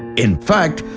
in fact,